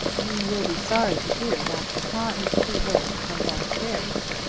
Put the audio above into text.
you will be sorry to hear that papa is too ill to come down-stairs.